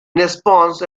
response